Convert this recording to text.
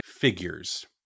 figures